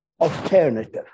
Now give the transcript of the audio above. alternative